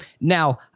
Now